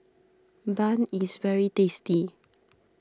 Bun is very tasty